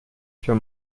für